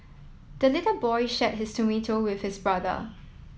the little boy shared his tomato with his brother